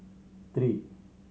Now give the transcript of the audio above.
three